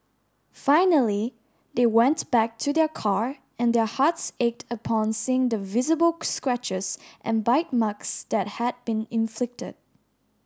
finally they went back to their car and their hearts ached upon seeing the visible scratches and bite marks that had been inflicted